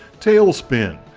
talespin,